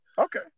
Okay